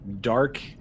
dark